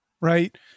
right